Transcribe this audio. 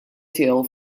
tiegħu